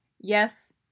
yes